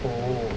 oh